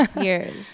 years